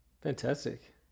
Fantastic